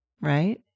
right